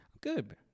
Good